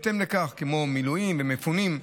כמו מילואים ומפונים.